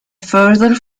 further